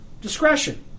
discretion